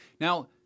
Now